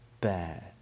bad